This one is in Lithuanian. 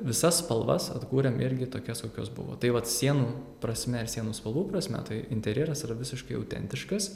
visas spalvas atkūrėm irgi tokias kokios buvo tai vat sienų prasme ir sienų spalvų prasme tai interjeras yra visiškai autentiškas